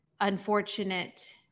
unfortunate